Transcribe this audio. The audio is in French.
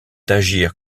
agir